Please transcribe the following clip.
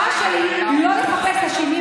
המטרה שלי היא לא לחפש אשמים,